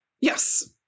Yes